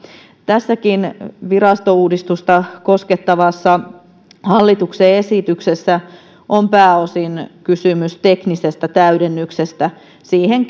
tässäkin virastouudistusta koskettavassa hallituksen esityksessä on pääosin kysymys teknisestä täydennyksestä siihen